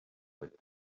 with